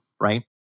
right